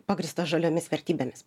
pagrįsta žaliomis vertybėmis